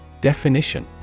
Definition